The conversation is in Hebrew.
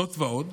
זאת ועוד,